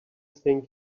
think